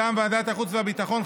מטעם ועדת החוץ והביטחון,